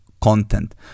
content